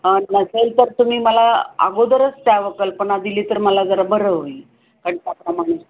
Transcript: नसेल तर तुम्ही मला अगोदरच त्या कल्पना दिली तर मला जरा बरं होईल कारण त्याप्रमाणे